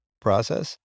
process